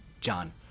John